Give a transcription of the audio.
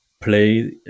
play